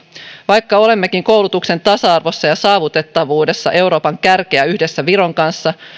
vaikka olemmekin koulutuksen tasa arvossa ja saavutettavuudessa euroopan kärkeä yhdessä viron kanssa